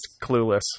clueless